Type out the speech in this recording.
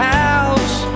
house